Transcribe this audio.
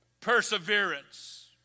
perseverance